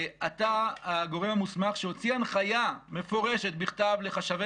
אתה הגורם המוסמך שהוציא הנחיה מפורשת בכתב לחשבי